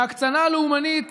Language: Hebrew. הקצנה הלאומנית